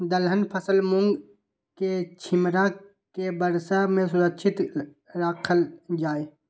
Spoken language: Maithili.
दलहन फसल मूँग के छिमरा के वर्षा में सुरक्षित राखल जाय?